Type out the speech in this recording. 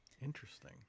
Interesting